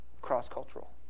Cross-cultural